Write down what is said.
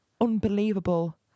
Unbelievable